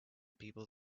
people